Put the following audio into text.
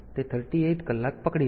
તેથી તે 38 કલાક પકડી રાખશે